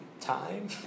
Time